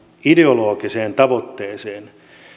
ideologiseen tavoitteeseen